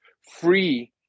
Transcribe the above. free